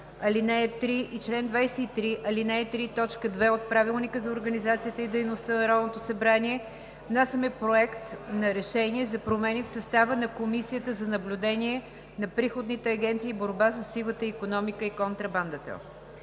ал. 3 и чл. 23, ал. 3, т. 2 от Правилника за организацията и дейността на Народното събрание внасяме Проект на решение за промени в състава на Комисията за наблюдение на приходните агенции и борба със сивата икономика и контрабандата.